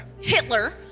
Hitler